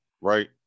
right